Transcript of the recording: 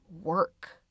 work